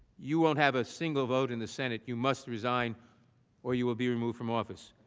you will not have a single vote in the senate, you must resign or you will be removed from office.